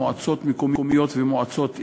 מועצות מקומיות ומועצות עיר,